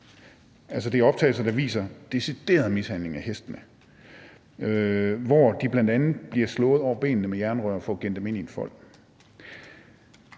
det er optagelser, der viser, at der sker decideret mishandling af hestene, hvor de bl.a. bliver slået over benene med jernrør for at blive gennet ind i en fold.